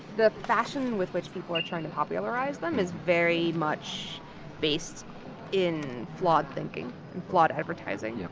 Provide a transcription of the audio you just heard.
the fashion with which people are trying to popularize them is very much based in flawed thinking and flawed advertising. yeah